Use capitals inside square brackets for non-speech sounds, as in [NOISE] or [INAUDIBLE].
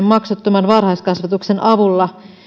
[UNINTELLIGIBLE] maksuttoman varhaiskasvatuksen avulla